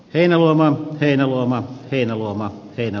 heinäluoma heinäluoma heinäluoma eino